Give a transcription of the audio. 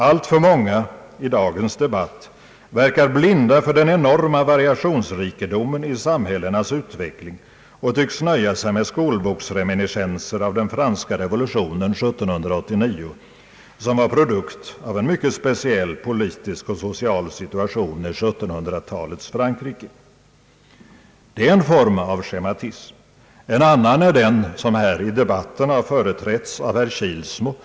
Alltför många verkar i dagens debatt blinda för den enorma variationsrikedomen i samhällenas utveckling och tycks nöja sig med skolboksreminiscenser av den franska revolutionen 1789, som var en produkt av en mycket speciell politisk och social situation i 1700-talets Frankrike. Det är en form av schematism. En annan är den som här i debatten har företrätts av herr Kilsmo, vilken tycks Ang.